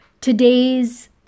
today's